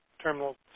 terminal